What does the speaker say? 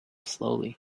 slowly